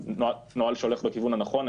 הוא גם נוהל שהולך בכיוון הנכון.